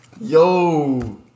Yo